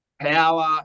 power